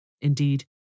Indeed